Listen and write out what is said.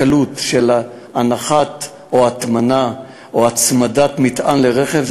הקלות של הנחה או הטמנה או הצמדה של מטען לרכב,